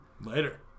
Later